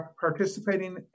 participating